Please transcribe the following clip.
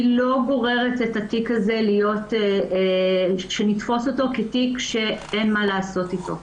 היא לא גוררת את התיק הזה שנתפוס אותו כתיק שאין מה לעשות איתו.